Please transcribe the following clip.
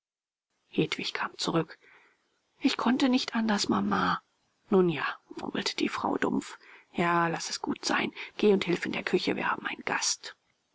hedwig kam zurück ich konnte nicht anders mama nun ja murmelte die frau dumpf ja laß es gut sein geh und hilf in der küche wir haben einen gast